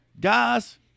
Guys